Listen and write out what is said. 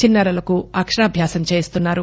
చిన్నారులకు అక్షరాభ్యాసం చేయిస్తున్నారు